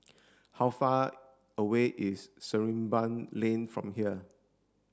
how far away is Sarimbun Lane from here